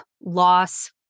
loss